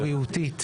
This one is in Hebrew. נבצרות בריאותית.